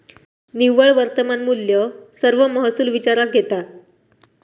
निव्वळ वर्तमान मुल्य सर्व महसुल विचारात घेता